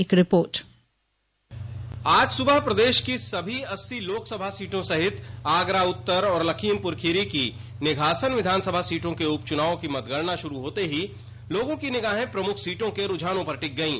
एक रिपोर्ट आज सुबह प्रदेश की सभी अस्सी सीटों सहित आगरा उत्तर और लखीमपुर खीरी की निघासन विधानसभा सीटों के उप चुनावों की मतगणना शुरू होते ही लोगों की निगाहे प्रमुख सीटों के रूझानों पर टिकी हुई थी